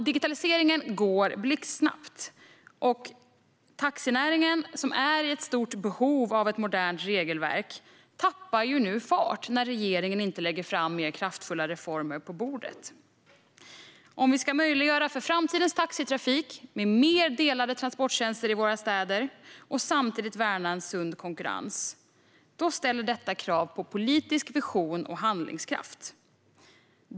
Digitaliseringen går blixtsnabbt, och taxinäringen som är i stort behov av ett modernt regelverk tappar nu fart när regeringen inte lägger fram mer kraftfulla reformer på bordet. Om vi ska möjliggöra framtidens taxitrafik med fler delade transporter i våra städer och samtidigt värna en sund konkurrens ställer det krav på politisk vision och handlingskraft.